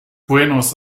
buenos